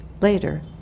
later